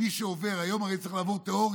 מי שעובר, היום הרי צריך לעבור תיאוריה